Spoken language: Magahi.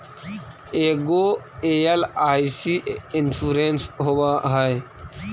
ऐगो एल.आई.सी इंश्योरेंस होव है?